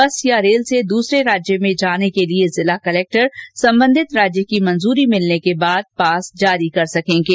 बस या रेल से दूसरे राज्य में जाने के लिए जिला कलेक्टर संबंधित राज्य की मंजूरी मिलने के बाद पास जारी कर सकेंगे